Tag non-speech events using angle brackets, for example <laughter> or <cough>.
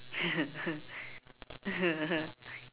<laughs>